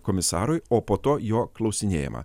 komisarui o po to jo klausinėjama